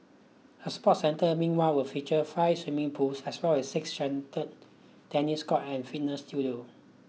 a sport centre meanwhile will feature five swimming pools as well as six tennis court and fitness studio